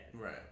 Right